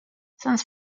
since